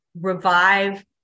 revive